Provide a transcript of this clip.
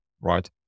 right